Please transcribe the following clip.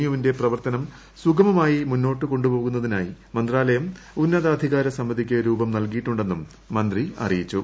U വിന്റെ പ്രവർത്തനം സുഗമമായി മുന്നോട്ട്കൊണ്ടുപോകുന്നതിനായി മന്ത്രാലയം ഉന്നതാധികാര സമിതിക്ക് രൂപം നൽകിയിട്ടുണ്ടെന്നും മന്ത്രി അറിയിച്ചു